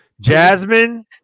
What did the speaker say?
Jasmine